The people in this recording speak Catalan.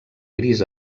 gris